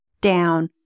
down